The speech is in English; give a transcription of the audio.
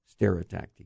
stereotactic